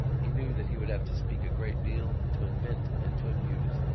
he knew that he would have to speak a great deal, to invent and to amuse,